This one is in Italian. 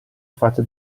fatte